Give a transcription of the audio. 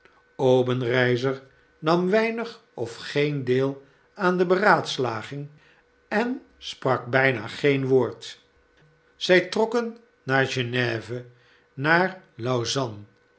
obenreizer nam weinig of geen deelaan de beraadslaging en sprak bijna geen woord zg trokken naar geneve naar lausanne